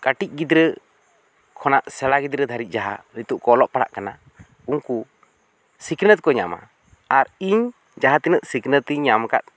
ᱠᱟᱹᱴᱤᱡ ᱜᱤᱫᱽᱨᱟᱹ ᱠᱷᱚᱱᱟᱜ ᱥᱮᱬᱟ ᱜᱤᱫᱽᱨᱟᱹ ᱫᱷᱟᱹᱨᱤᱡ ᱡᱟᱦᱟᱸ ᱱᱤᱛᱚᱜ ᱠᱚ ᱚᱞᱚᱜ ᱯᱟᱲᱦᱟᱜ ᱠᱟᱱᱟ ᱩᱱᱠᱩ ᱥᱤᱠᱷᱱᱟᱹᱛ ᱠᱚ ᱧᱟᱢᱟ ᱟᱨ ᱤᱧ ᱡᱟᱦᱟᱸ ᱛᱤᱱᱟᱹᱜ ᱥᱤᱠᱷᱱᱟᱹᱛ ᱤᱧ ᱧᱟᱢ ᱟᱠᱟᱫᱟ